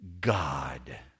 God